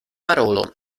parolon